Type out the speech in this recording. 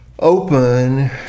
open